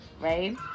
right